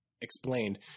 explained